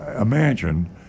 imagine